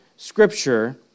scripture